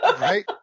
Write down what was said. Right